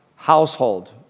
household